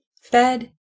fed